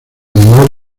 honor